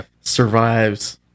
survives